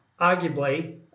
arguably